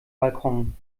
balkon